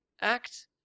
act